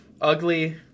ugly